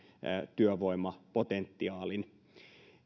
työvoimapotentiaalin